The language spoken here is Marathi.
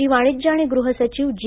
माजी वाणिज्य आणि गृह सचिव जी